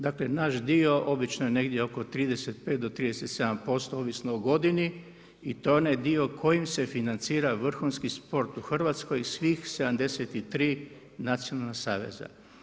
Dakle, naš dio obično je negdje oko 35 do 37%, ovisno o godini i to onaj dio kojim se financira vrhunski sport u Hrvatskoj svih 73 nacionalna saveza.